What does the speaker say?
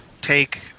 take